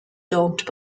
dogged